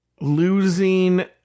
losing